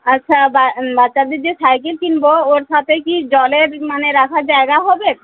আচ্ছা বা বাচ্চাদের যে সাইকেল কিনবো ওর সাথে কি জলের মানে রাখার জায়গা হবে